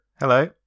Hello